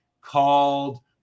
called